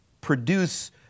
produce